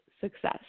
success